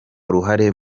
uruhare